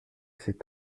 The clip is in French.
ces